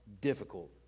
difficult